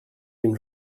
been